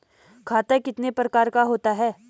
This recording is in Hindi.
खाता कितने प्रकार का होता है?